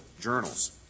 journals